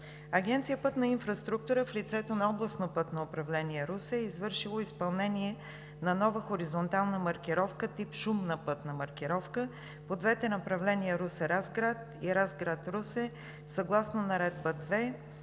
Агенция „Пътна инфраструктура“ в лицето на Областно пътно управление – Русе, е извършила изпълнение на нова хоризонтална маркировка тип „шумна пътна маркировка“ по двете направления Русе – Разград и Разград – Русе съгласно Наредба